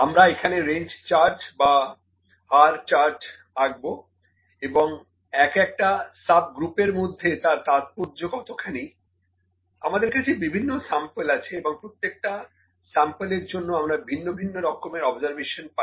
আমরা এখানে range chart বা R চার্ট আঁকবো এবং এক একটা সাব গ্রুপের মধ্যে তার তাৎপর্য্য কতখানি আমাদের কাছে বিভিন্ন স্যাম্পল আছে এবং প্রত্যেকটা স্যাম্পল এর জন্যে আমরা ভিন্ন ভিন্ন রকমের অবজারভেশন পাই